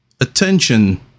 attention